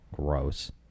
Gross